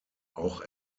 auch